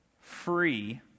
free